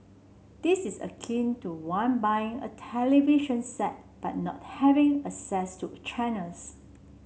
this is akin to one buying a television set but not having access to channels